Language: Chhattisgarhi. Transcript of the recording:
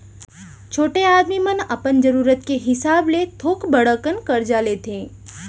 छोटे आदमी मन अपन जरूरत के हिसाब ले थोक बड़ अकन करजा लेथें